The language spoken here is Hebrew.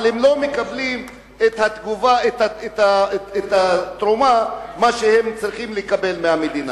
אבל הם לא מקבלים את התרומה שהם צריכים לקבל מהמדינה.